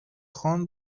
خان